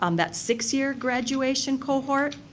um that six-year graduation cohort.